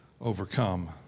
overcome